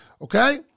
okay